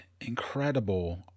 incredible